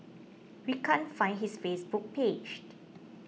we can't find his Facebook paged